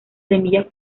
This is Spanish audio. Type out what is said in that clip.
semillas